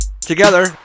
Together